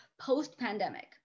post-pandemic